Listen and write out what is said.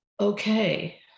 okay